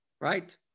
right